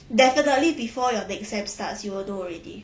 definitely before your next sem starts you will know already